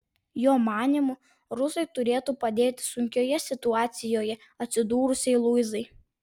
jo manymu rusai turėtų padėti sunkioje situacijoje atsidūrusiai luizai